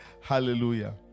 Hallelujah